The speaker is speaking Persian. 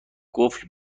قفل